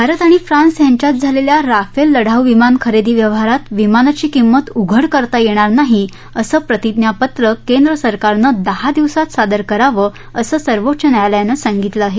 भारत आणि फ्रान्स यांच्यात झालेल्या राफेल लढाऊ विमान खरेदी व्यवहारात विमानाची किंमत उघड करता येणार नाही असं प्रतिज्ञापत्र केंद्र सरकारनं दहा दिवसात सादर करावं असं सर्वोच्च न्यायालयानं सांगितलं आहे